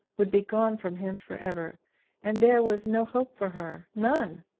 would be gone from him for ever and there was no hope for her none!